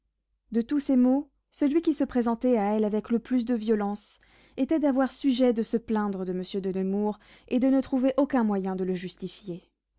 de tous ses maux celui qui se présentait à elle avec le plus de violence était d'avoir sujet de se plaindre de monsieur de nemours et de ne trouver aucun moyen de le justifier